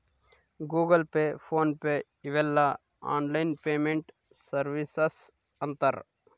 Google Pay PhonePe ಇವೆಲ್ಲ online payment services ಅಂತರ್